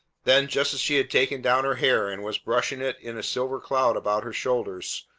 then, just as she had taken down her hair and was brushing it in a silver cloud about her shoulders,